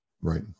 right